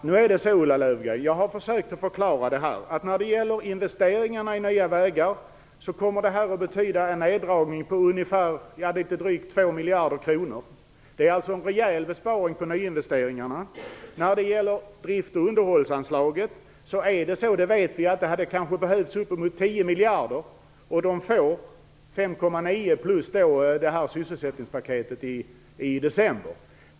Fru talman! Jag har, Ulla Löfgren, försökt förklara att det här kommer att betyda en neddragning av investeringarna i nya vägar på litet drygt 2 miljarder kronor. Det blir alltså en rejäl besparing på nyinvesteringarna. När det gäller drifts och underhållsanslaget vet vi att det kanske hade behövts uppemot 10 miljarder. Man får 5,9 miljarder plus det som ingår i sysselsättningspaketet från december.